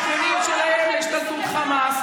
את השכנים שלהם, להשתלטות חמאס.